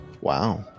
Wow